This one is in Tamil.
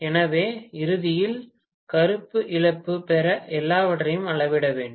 எனவே இறுதியில் நான் கருப்பை இழப்பு பெற எல்லாவற்றையும் அளவிட வேண்டும்